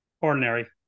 ordinary